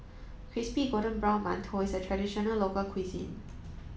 crispy golden brown mantou is a traditional local cuisine